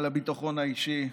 על הביטחון האישי,